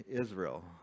Israel